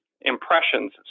impressions